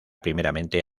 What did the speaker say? primeramente